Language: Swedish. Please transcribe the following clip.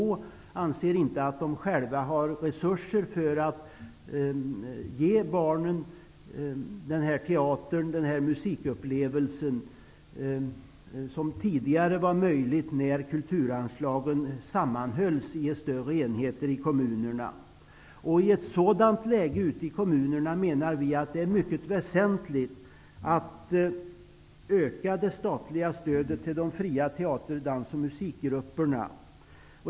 I kommunerna anser man inte att man har resurser till att ge barnen den musikupplevelse som tidigare var möjlig när kulturanslagen sammanhölls i större enheter inom kommunerna. I ett sådant läge för kommunerna är det mycket väsentligt att öka det statliga stödet till de fria teater-, dans och musikgrupperna.